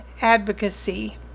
Advocacy